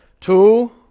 Two